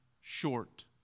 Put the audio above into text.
short